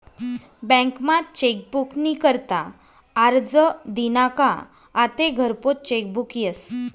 बँकमा चेकबुक नी करता आरजं दिना का आते घरपोच चेकबुक यस